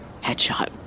Headshot